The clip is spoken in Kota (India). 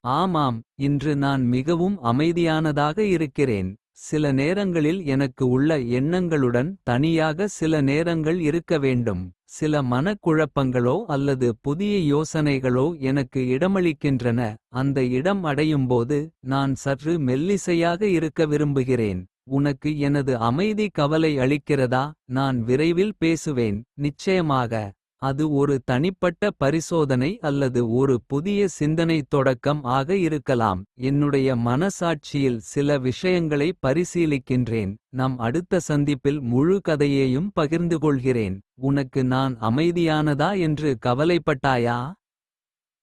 ஆமாம் இன்று நான் மிகவும் அமைதியானதாக இருக்கிறேன். சில நேரங்களில் எனக்கு உள்ள எண்ணங்களுடன் தனியாக. சில நேரங்கள் இருக்க வேண்டும் சில மனக் குழப்பங்களோ. அல்லது புதிய யோசனைகளோ எனக்கு இடமளிக்கின்றன. அந்த இடம் அடையும்போது நான் சற்று மெல்லிசையாக. இருக்க விரும்புகிறேன் உனக்கு எனது அமைதி கவலை. அளிக்கிறதா நான் விரைவில் பேசுவேன் நிச்சயமாக. அது ஒரு தனிப்பட்ட பரிசோதனை அல்லது ஒரு புதிய சிந்தனைத். தொடக்கம் ஆக இருக்கலாம் என்னுடைய. மனசாட்சியில் சில விஷயங்களை பரிசீலிக்கின்றேன். நம் அடுத்த சந்திப்பில் முழு கதையையும் பகிர்ந்துகொள்கிறேன். உனக்கு நான் அமைதியானதா என்று கவலைப்பட்டாயா.